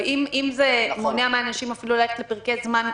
אבל אם זה מונע מאנשים ללכת לעבוד אפילו לפרקי זמן קצרים,